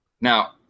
now